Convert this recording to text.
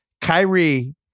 Kyrie